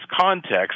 context